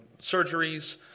surgeries